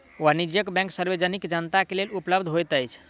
वाणिज्य बैंक सार्वजनिक जनता के लेल उपलब्ध होइत अछि